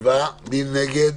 מי נגד?